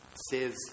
says